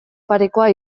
parekoa